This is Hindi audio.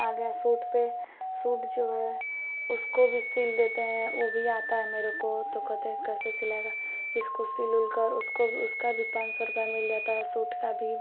आ गया सूट पर सूट जो है उसको भी सिल देते हैं वो भी आता है मेरे को तो कहते हैं कैसे सिलाएगा इसको सिल उल कर उसको भी उसका भी पान सौ रुपया मिल जाता है सूट का भी